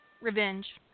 Revenge